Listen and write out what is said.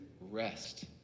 rest